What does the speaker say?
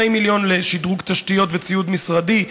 2 מיליון לשדרוג תשתיות וציוד משרדי,